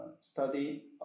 study